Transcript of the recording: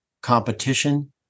competition